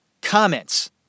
comments